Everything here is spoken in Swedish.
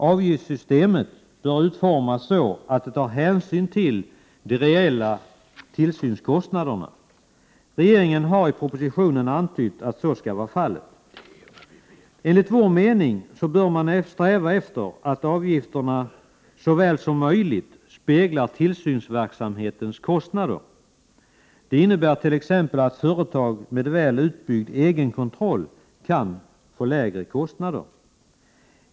Avgiftssystemet bör utformas så att det tar hänsyn till de reella tillsynskostnaderna. Regeringen har i propositionen antytt att så skall vara fallet. Enligt vår mening bör man sträva efter att avgifterna så väl som möjligt speglar tillsynsverksamhetens kostnader. Det innebär t.ex. att företag med väl utbyggd egenkontroll kan få lägre kostnader.